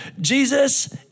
Jesus